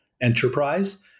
enterprise